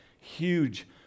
huge